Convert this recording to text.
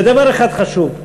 ודבר אחד חשוב,